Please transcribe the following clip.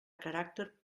caràcter